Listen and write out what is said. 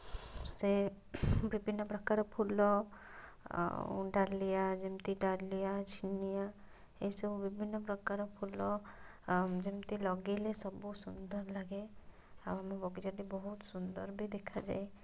ସେ ବିଭିନ୍ନ ପ୍ରକାର ଫୁଲ ଆଉ ଡାଲିଆ ଯେମିତି ଡାଲିଆ ଜିନିଆ ଏଇ ସବୁ ବିଭିନ୍ନ ପ୍ରକାର ଫୁଲ ଆଉ ଯେମିତି ଲଗାଇଲେ ସବୁ ସୁନ୍ଦର ଲାଗେ ଆଉ ମୋ ବଗିଚାଟି ବହୁତ ସୁନ୍ଦର ବି ଦେଖାଯାଏ